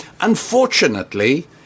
Unfortunately